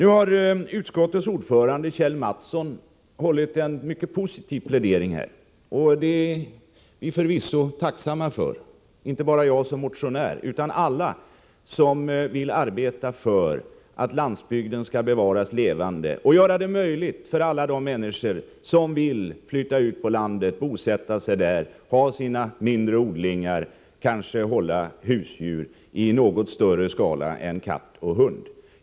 Utskottets ordförande Kjell Mattsson har ju nyss fört en mycket positiv plädering här i kammaren. Det är vi förvisso tacksamma för — inte bara jag i egenskap av motionär utan också alla andra som vill arbeta för bevarandet av en levande landsbygd och som vill göra det möjligt för alla människor som vill flytta ut till landet och bosätta sig där att ha sina mindre odlingar och kanske hålla husdjur i något större skala — inte bara hålla katt och hund.